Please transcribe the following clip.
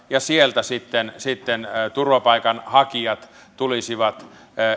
ja sieltä sitten sitten turvapaikanhakijat tulisivat